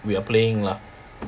we are playing lah